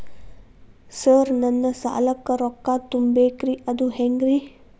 Sir ನನ್ನ ಸಾಲಕ್ಕ ರೊಕ್ಕ ತುಂಬೇಕ್ರಿ ಅದು ಹೆಂಗ್ರಿ?